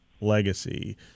legacy